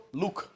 look